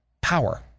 power